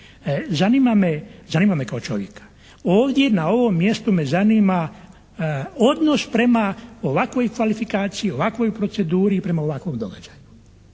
Zanima me kao čovjeka. Ovdje na ovom mjestu me zanima odnos prema ovakvoj kvalifikaciji, ovakvoj proceduri i prema ovakvom događaju.